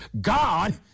God